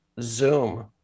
Zoom